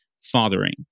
fathering